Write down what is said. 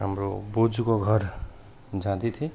हाम्रो बोजूको घर जाँदै थिए